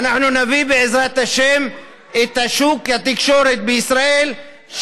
ואנחנו נביא בעזרת השם את שוק התקשורת בישראל,